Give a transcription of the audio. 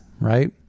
right